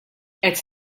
qed